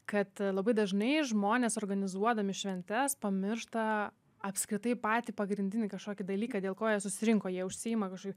kad labai dažnai žmonės organizuodami šventes pamiršta apskritai patį pagrindinį kažkokį dalyką dėl ko jie susirinko jie užsiima kažkokiais